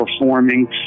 performing